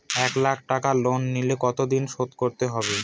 এক লাখ টাকা লোন নিলে কতদিনে শোধ করতে হবে?